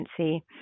Agency